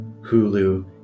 hulu